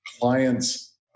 clients